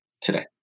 today